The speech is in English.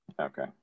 okay